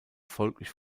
folglich